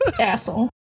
asshole